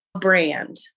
brand